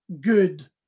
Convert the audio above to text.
good